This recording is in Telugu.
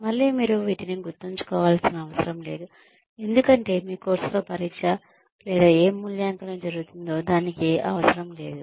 మళ్ళీ మీరు వీటిని గుర్తుంచుకోవాల్సిన అవసరం లేదు ఎందుకంటే మీ కోర్సులో పరీక్ష లేదా ఏ మూల్యాంకనం జరుగుతుందో దానికి అవసరం లేదు